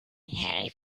help